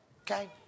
Okay